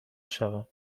شوم